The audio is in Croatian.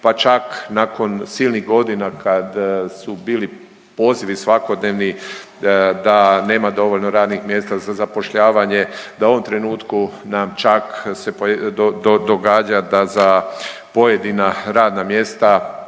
pa čak nakon silnih godina kad su bili pozivi svakodnevni da nema dovoljno radnih mjesta za zapošljavanje, da u ovom trenutku nam čak se događa da za pojedina radna mjesta